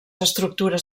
estructures